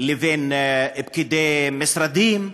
לבין פקידי משרדים.